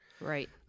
Right